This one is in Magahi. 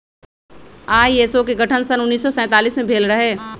आई.एस.ओ के गठन सन उन्नीस सौ सैंतालीस में भेल रहै